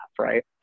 right